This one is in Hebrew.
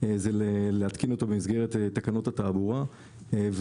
להתקין אותו במסגרת תקנות התעבורה,